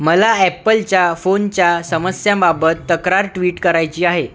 मला ॲपलच्या फोनच्या समस्यांबाबत तक्रार ट्विट करायची आहे